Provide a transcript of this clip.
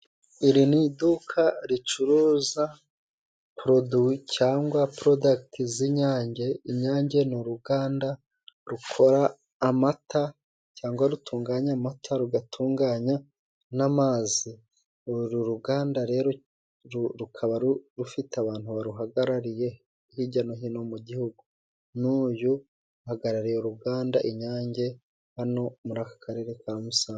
Iri ni iduka ricuruza poroduwi cyangwa porodagiti z'inyange，inyange ni uruganda rukora amata cyangwa rutunganya amata， rugatunganya n'amazi，uru ruganda rero rukaba rufite abantu baruhagarariye hirya no hino mu gihugu，n'uyu ahagarariye uruganda rw'inyange hano muri aka karere ka Musanze.